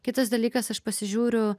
kitas dalykas aš pasižiūriu